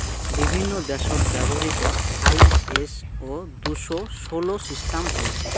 বিভিন্ন দ্যাশত ব্যবহৃত আই.এস.ও দুশো ষোল সিস্টাম হই